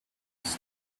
still